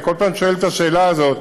אני כל פעם שואל את השאלה הזאת.